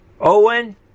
Owen